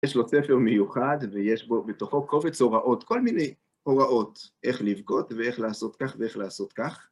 יש לו ספר מיוחד ויש בו בתוכו קובץ הוראות, כל מיני הוראות איך לבגוד ואיך לעשות כך ואיך לעשות כך.